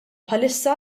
bħalissa